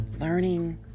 learning